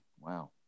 Wow